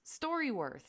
StoryWorth